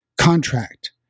contract